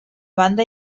banda